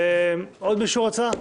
עוד מישהו רוצה להתייחס?